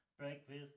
Breakfast